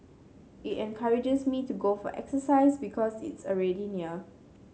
it encourages me to go for exercise because it's already near